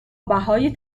بهای